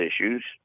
issues